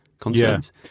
concerns